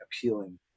appealing